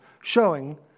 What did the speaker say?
showing